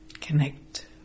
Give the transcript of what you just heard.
Connect